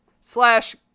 slash